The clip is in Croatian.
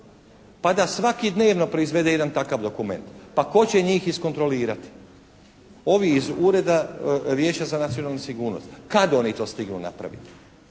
pa da svaki dnevno proizvede jedan takav dokument pa tko će njih iskontrolirati. Ovi iz Ureda vijeća za nacionalnu sigurnost. Kad oni to stignu napraviti?